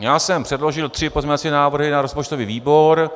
Já jsem předložil tři pozměňovací návrhy na rozpočtový výbor.